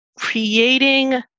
creating